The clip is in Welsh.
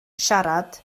siarad